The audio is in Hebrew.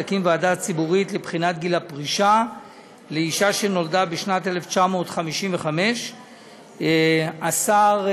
יקים ועדה ציבורית לבחינת גיל הפרישה לאישה שנולדה בשנת 1955. השר,